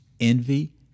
envy